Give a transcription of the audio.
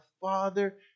Father